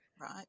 Right